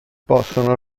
possono